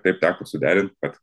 taip teko suderint kad